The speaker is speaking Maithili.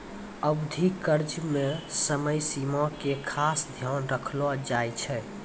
अवधि कर्ज मे समय सीमा के खास ध्यान रखलो जाय छै